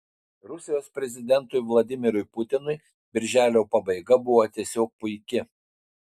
rusijos prezidentui vladimirui putinui birželio pabaiga buvo tiesiog puiki